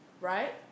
right